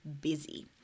busy